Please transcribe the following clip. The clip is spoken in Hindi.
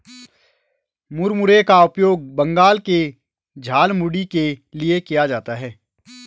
मुरमुरे का उपयोग बंगाल में झालमुड़ी के लिए किया जाता है